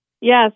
Yes